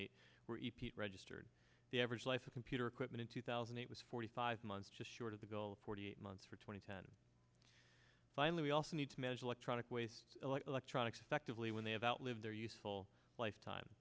were repeat registered the average life of computer equipment in two thousand it was forty five months just short of the goal of forty eight months for twenty ten finally we also need to measure electronic waste elect electronics affectively when they have outlived their useful life time